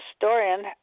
historian